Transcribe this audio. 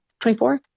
24